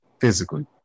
physically